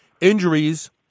Injuries